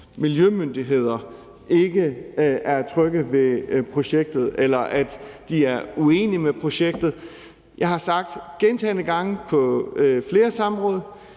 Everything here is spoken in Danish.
miljømyndigheder ikke er trygge ved projektet, eller at de er uenige med projektet. Jeg har sagt gentagne gange på flere samråd,